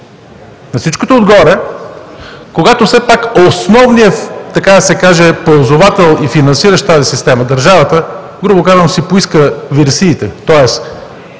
На всичкото отгоре, когато все пак основният, така да се каже, ползвател и финансиращ тази система – държавата, грубо казано, си поиска вересиите,